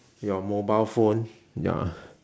your mobile phone ya